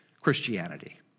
Christianity